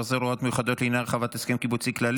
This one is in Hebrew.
אושרה בקריאה הראשונה ותעבור לדיון בוועדת חוקה,